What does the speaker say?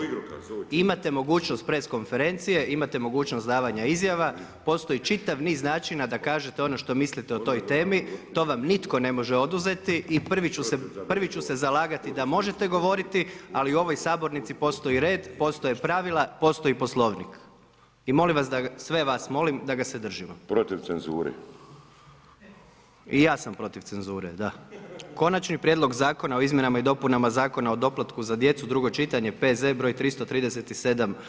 Imate mogućnost press konferencije, imate mogućnost davanja izjava, postoji čitav niz načina da kažete ono što mislite o toj temi, to vam nitko ne može oduzeti i prvi ću se zalagati da možete govoriti, ali u ovoj sabornici postoji red, postoje pravila, postoji Poslovnik i sve vas molim da ga se držimo [[Upadica Bulj: Protiv cenzure.]] I ja sam protiv cenzure da. - Konačni prijedlog Zakona o izmjenama i dopunama Zakona o doplatku za djecu, drugo čitanje, P.Z. broj 337.